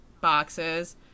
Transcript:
boxes